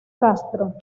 castro